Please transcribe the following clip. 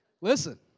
Listen